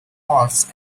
horse